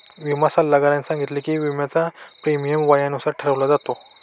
विमा सल्लागाराने सांगितले की, विम्याचा प्रीमियम वयानुसार ठरवला जातो